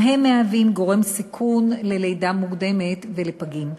וגם הם גורם סיכון של לידה מוקדמת ולידת פגים.